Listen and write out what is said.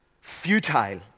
futile